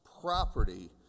property